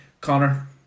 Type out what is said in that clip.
Connor